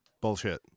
Bullshit